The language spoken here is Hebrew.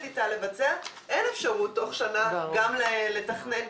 איתה לבצע אין אפשרות תוך שנה גם לתכנן,